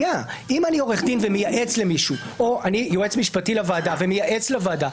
אם אני עורך דין ומייעץ למישהו או אני יועץ משפטי לוועדה ומייעץ לוועדה,